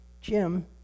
Jim